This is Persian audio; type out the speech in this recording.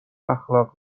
اخلاق